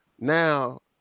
now